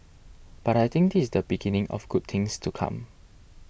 but I think this is the beginning of good things to come